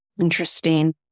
Interesting